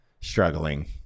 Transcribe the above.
struggling